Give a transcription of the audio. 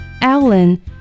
Alan